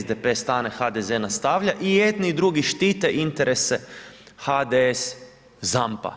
SDP stane HDZ nastavlja i jedni i drugi štite interese HDS ZAMP-a.